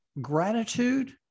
gratitude